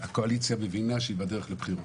הקואליציה מבינה שהיא בדרך לבחירות.